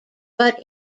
but